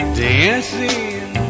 dancing